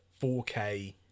4K